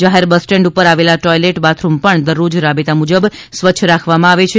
જાહેર bus stand ઉપર આવેલા ટોઇલેટ બાથરૂમ પણ દરરોજ રાબેતા મુજબ સ્વચ્છ રાખવામાં આવે છે